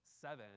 seven